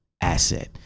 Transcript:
asset